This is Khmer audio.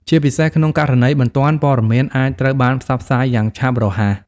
ជាពិសេសក្នុងករណីបន្ទាន់ ព័ត៌មានអាចត្រូវបានផ្សព្វផ្សាយយ៉ាងឆាប់រហ័ស។